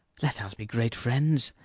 let us be great friends.